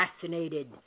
fascinated